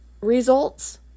results